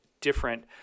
different